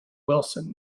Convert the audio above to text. wilson